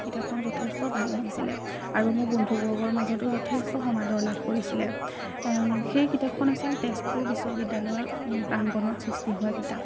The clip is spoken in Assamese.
কিতাপখন যথেষ্ট ভাল লাগিছিলে আৰু মোৰ বন্ধুবৰ্গৰ মাজতো যথেষ্ট সমাদৰ লাভ কৰিছিলে সেই কিতাপখন আছিল তেজপুৰ বিশ্ববিদ্যালয়ৰ প্ৰাংগণত সৃষ্টি হোৱা কিতাপ